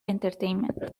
entertainment